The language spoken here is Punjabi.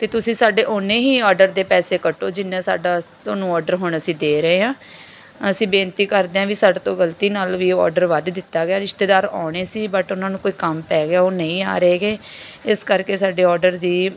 ਅਤੇ ਤੁਸੀਂ ਸਾਡੇ ਓਨੇ ਹੀ ਓਰਡਰ ਦੇ ਪੈਸੇ ਕੱਟੋ ਜਿੰਨੇ ਸਾਡਾ ਤੁਹਾਨੂੰ ਓਰਡਰ ਹੁਣ ਅਸੀਂ ਦੇ ਰਹੇ ਹਾਂ ਅਸੀਂ ਬੇਨਤੀ ਕਰਦੇ ਹਾਂ ਵੀ ਸਾਡੇ ਤੋਂ ਗਲਤੀ ਨਾਲ ਵੀ ਉਹ ਓਰਡਰ ਵੱਧ ਦਿੱਤਾ ਗਿਆ ਰਿਸ਼ਤੇਦਾਰ ਆਉਣੇ ਸੀ ਬਟ ਉਹਨਾਂ ਨੂੰ ਕੋਈ ਕੰਮ ਪੈ ਗਿਆ ਉਹ ਨਹੀਂ ਆ ਰਹੇ ਹੈਗੇ ਇਸ ਕਰਕੇ ਸਾਡੇ ਓਰਡਰ ਦੀ